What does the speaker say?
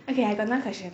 okay I got another question